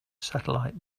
satellite